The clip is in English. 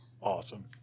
Awesome